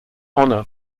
honor